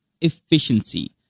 efficiency